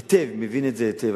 מבין את זה היטב.